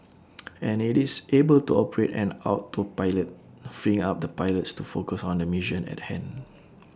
and IT is able to operate on autopilot freeing up the pilots to focus on the mission at the hand